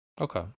okay